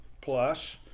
plus